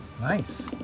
Nice